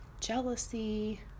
jealousy